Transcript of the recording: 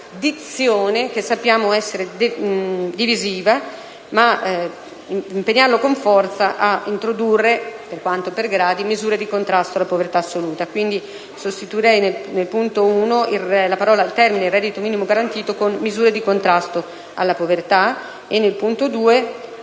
dizione, che sappiamo essere divisiva, ma di impegnarlo con forza a introdurre, per quanto per gradi, misure di contrasto alla povertà assoluta.